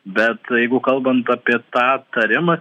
bet jeigu kalbant apie tą aptarimą